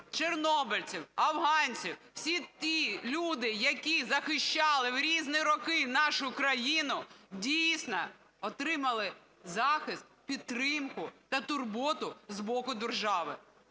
чорнобильців, афганців – всі ті люди, які захищали в різні роки нашу країну, дійсно, отримали захист, підтримку та турботу з боку держави.